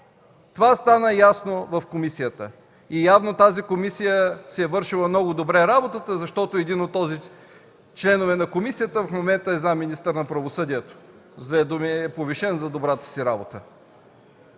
Това стана ясно в комисията. Явно комисията си е вършила много добре работата, защото един от членовете й в момента е заместник-министър на правосъдието. С две думи, повишен е за добрата си работа.